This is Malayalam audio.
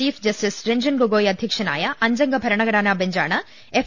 ചീഫ് ജസ്റ്റിസ് രഞ്ജൻ ഗൊഗോയ് അധ്യക്ഷനായ അഞ്ചംഗ ഭരണ ഘടനാ ബെഞ്ചാണ് എഫ്